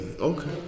Okay